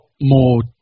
more